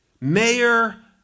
mayor